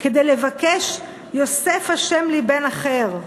כדי לבקש: "יֹסף השם לי בן אחר",